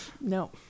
no